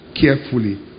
carefully